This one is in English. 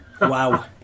Wow